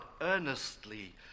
earnestly